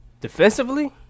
Defensively